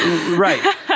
Right